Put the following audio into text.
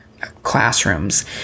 classrooms